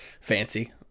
fancy